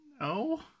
no